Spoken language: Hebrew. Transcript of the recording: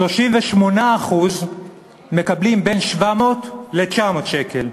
38% מקבלים בין 700 ל-900 שקל,